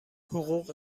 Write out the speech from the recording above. حقوق